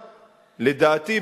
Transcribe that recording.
לדעתי,